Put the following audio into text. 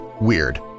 WEIRD